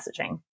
messaging